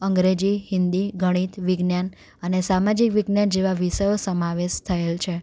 અંગ્રેજી હિન્દી ગણિત વિજ્ઞાન અને સામાજિક વિજ્ઞાન જેવા વિષયો સમાવેશ થયેલ છે